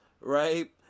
right